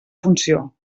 funció